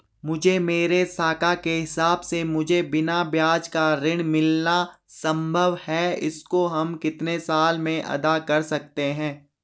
मुझे मेरे साख के हिसाब से मुझे बिना ब्याज का ऋण मिलना संभव है इसको हम कितने साल में अदा कर सकते हैं?